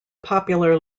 popular